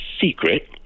secret